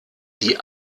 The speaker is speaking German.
die